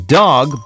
dog